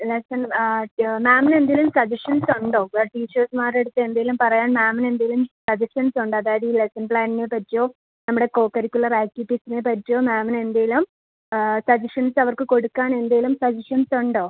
lesson ആ മാമിനെന്തേലും സജഷൻസുണ്ടോ ടീച്ചർമാരെടുത്ത് എന്തേലും പറയാൻ മാമിനെന്തേലും സജഷൻസുണ്ടോ അതായതീ ലെസ്സൺ പ്ലാനിംഗിനെ പറ്റിയോ നമ്മുടെ കോകരിക്കുലർ ആക്റ്റിവിറ്റീസിനെ പറ്റിയോ മാമിനെന്തേലും സജഷൻസവർക്ക് കൊടുക്കാനെന്തേലും സജഷൻസുണ്ടോ